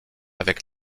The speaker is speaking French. avec